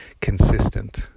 consistent